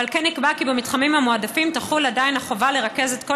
ועל כן נקבע כי במתחמים המועדפים תחול עדיין החובה לרכז את כל